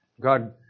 God